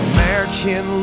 American